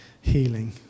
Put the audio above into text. healing